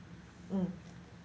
mm